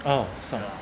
orh 怂